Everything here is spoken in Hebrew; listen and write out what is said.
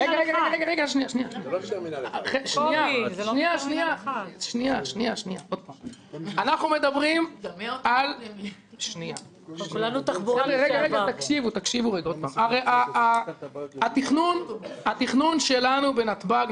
הזה --- זה לא מטרמינל 1. התכנון שלנו בנתב"ג,